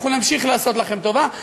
אנחנו נמשיך לעשות לכם טובה,